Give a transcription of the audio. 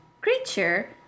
creature